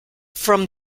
from